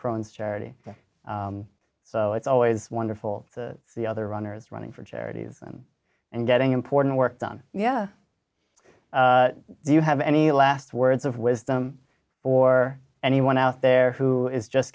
crones charity so it's always wonderful to see other runners running for charities and getting important work done yeah do you have any last words of wisdom for anyone out there who is just